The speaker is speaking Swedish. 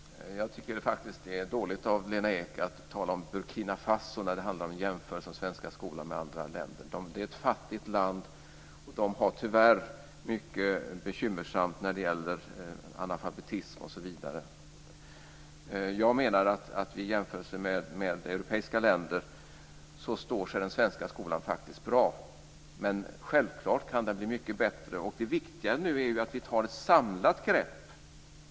Fru talman! Jag tycker faktiskt att det är dåligt av Lena Ek att tala om Burkina Faso när det handlar om att jämföra den svenska skolan med andra länder. Det är ett fattigt land som tyvärr har det mycket bekymmersamt med analfabetism osv. Jag menar att i jämförelse med europeiska länder står sig den svenska skolan faktiskt bra. Men självklart kan den bli mycket bättre. Det viktiga nu är att vi tar ett samlat grepp.